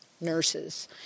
nurses